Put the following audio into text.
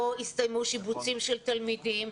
לא הסתיימו שיבוצים של תלמידים,